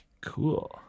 Cool